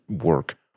work